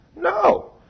No